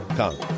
come